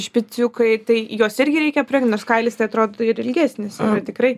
špiciukai tai juos irgi reikia aprengt nes kailis tai atrodo ir ilgesnis yra tikrai